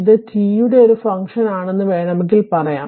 അത് t യുടെ ഒരു ഫങ്ക്ഷൻ ആണെന്ന് വേണമെങ്കിൽ പറയാം